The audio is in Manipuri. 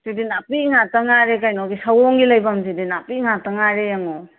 ꯁꯤꯗꯤ ꯅꯥꯄꯤ ꯉꯥꯛꯇ ꯉꯥꯏꯔꯦ ꯀꯩꯅꯣꯒꯤ ꯁꯑꯣꯝꯒꯤ ꯂꯩꯐꯝꯁꯤꯗꯤ ꯅꯥꯄꯤ ꯉꯥꯛꯇ ꯉꯥꯏꯔꯦ ꯌꯦꯡꯉꯣ